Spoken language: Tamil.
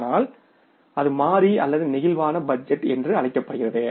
ஆனால் அது மாறி அல்லது பிளேக்சிபிள் பட்ஜெட் என்று அழைக்கப்படுகிறது